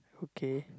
okay